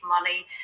money